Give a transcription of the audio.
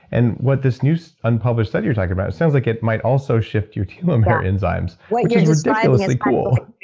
and what this new, so unpublished study you're talking about, it sounds like it might also shift your telomere enzymes, which is ridiculously cool.